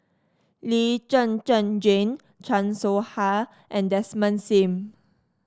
Lee Zhen Zhen Jane Chan Soh Ha and Desmond Sim